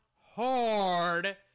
hard